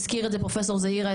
הזכיר את זה פרופסור זעירא,